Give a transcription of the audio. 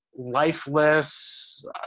lifeless